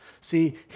See